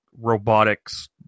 robotics